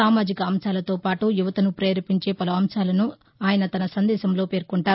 సామాజిక అంశాలతోపాటు యువతను పేరేపించే పలు అంశాలను ఆయన తన సందేశంలో పేర్కొంటారు